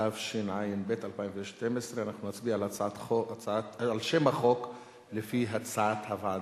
התשע"ב 2012. אנחנו נצביע על שם החוק לפי הצעת הוועדה.